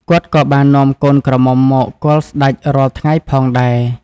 គាត់ក៏បាននាំកូនក្រមុំមកគាល់សេ្តចរាល់ថៃ្ងផងដែរ។